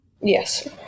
Yes